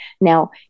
Now